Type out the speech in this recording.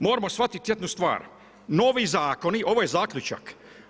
Moramo shvatiti jednu stvar, novi zakoni, ovo je zaključak.